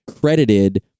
credited